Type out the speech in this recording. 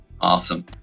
Awesome